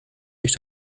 sich